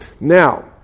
Now